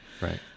right